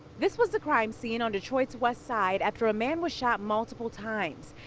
this was the crime scene on detroit's west side after a man was shot multiple times.